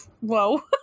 Whoa